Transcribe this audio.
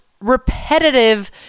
repetitive